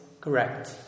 correct